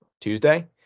Tuesday